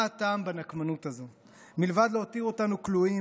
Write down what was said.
מה הטעם בנקמנות הזאת מלבד להותיר אותנו כלואים